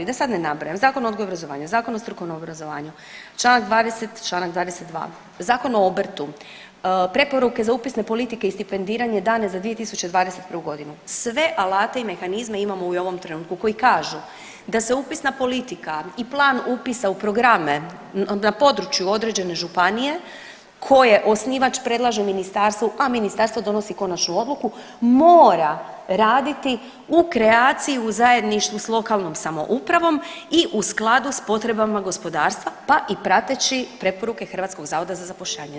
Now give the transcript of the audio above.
Da sad ne nabrajam, Zakon o odgoju i obrazovanju, Zakon o strukovnom obrazovanju, Članak 20., Članak 22., Zakon o obrtu, preporuke za upisne politike i stipendiranje dane za 2021. godinu, sve alate i mehanizme imamo i u ovom trenutku koji kažu da se upisna politika i plan upisa u programe na području određene županije koje osnivač predlaže ministarstvu, a ministarstvo donosi konačnu odluku mora raditi u kreaciji, u zajedništvu s lokalnom samoupravom i u skladu s potrebama gospodarstva pa i prateći preporuke HZZ-a.